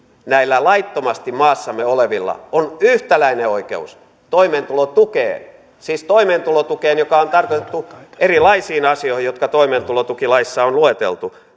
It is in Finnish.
näillä laittomasti maassamme olevilla on yhtäläinen oikeus toimeentulotukeen siis toimeentulotukeen joka on tarkoitettu erilaisiin asioihin jotka toimeentulotukilaissa on lueteltu